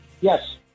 Yes